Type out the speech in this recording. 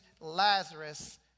Lazarus